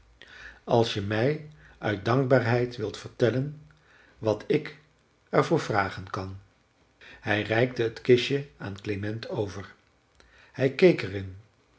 als je mij uit dankbaarheid wilt vertellen wat ik er voor vragen kan hij reikte het kistje aan klement over hij keek er